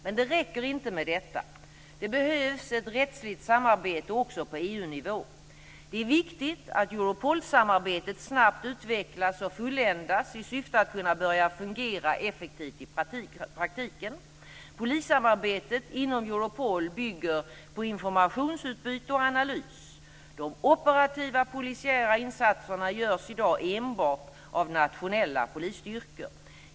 Men det räcker inte med detta. Det behövs ett rättsligt samarbete också på EU-nivå. Det är viktigt att Europolsamarbetet snabbt utvecklas och fulländas i syfte att kunna börja fungera effektivt i praktiken. Polissamarbetet inom Europol bygger på informationsutbyte och analys. De operativa polisiära insatserna görs i dag enbart av nationella polisstyrkor.